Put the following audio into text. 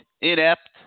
inept